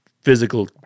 physical